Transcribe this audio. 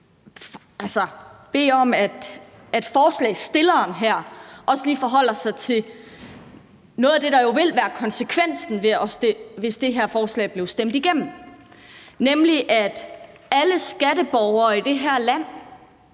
at ordføreren for forslagsstillerne her også lige forholder sig til noget af det, der jo ville være konsekvensen, hvis det her forslag blev stemt igennem, nemlig at alle borgere i det her land,